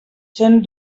són